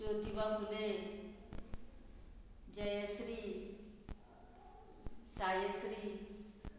ज्योतिबा फुले जयश्री सायश्री